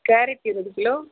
carrot இருபது kilo